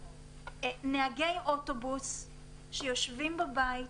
נהגי אוטובוס שיושבים בבית,